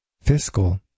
fiscal